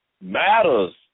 Matters